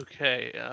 Okay